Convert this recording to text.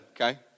okay